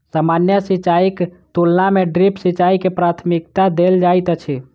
सामान्य सिंचाईक तुलना मे ड्रिप सिंचाई के प्राथमिकता देल जाइत अछि